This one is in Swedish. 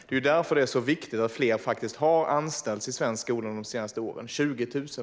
Det är därför det är viktigt att fler - 20 000 fler - har anställts i svensk skola de senaste åren.